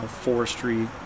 forestry